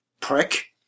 prick